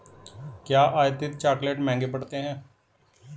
क्या आयातित चॉकलेट महंगे पड़ते हैं?